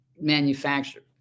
manufactured